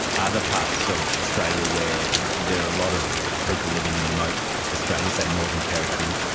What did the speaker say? other parts of australia where there are a lot of people living in remote australia, say northern territory,